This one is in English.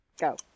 go